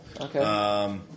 Okay